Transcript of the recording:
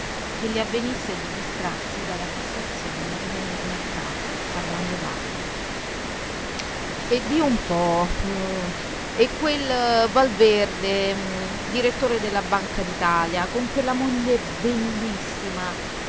che gli avvenisse di distrarsi dalla fissazione di venirne a capo parlando d'altro e di un po e quel valverde direttore della banca d'italia con quella moglie bellissima